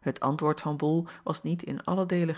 et antwoord van ol was niet in allen deele